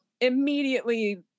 immediately